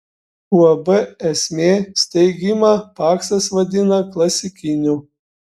uab esmė steigimą paksas vadina klasikiniu